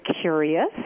curious